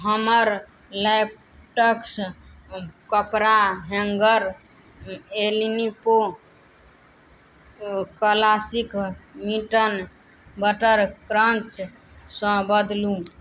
हमर लैपटक्स कपड़ा हैन्गर एलनिपो क्लासिक मिटन बटर क्रन्चसँ बदलू